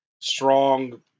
strong